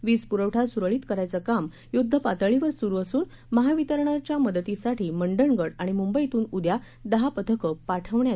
वीज पुरवठा सुरळीत करायचं काम युद्ध पातळीवर सुरू असून महावितरणच्या मदतीसाठी मंडणगड आणि मुंबईतून उद्या दहा पथकं पाठवण्यात येणार आहेत